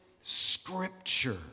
Scripture